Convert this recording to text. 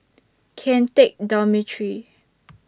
Kian Teck Dormitory